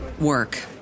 work